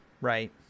Right